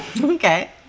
Okay